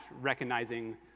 recognizing